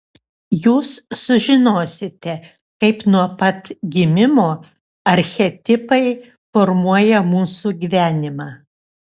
jūs sužinosite kaip nuo pat gimimo archetipai formuoja mūsų gyvenimą